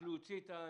שצריך להוציא את מח"ש,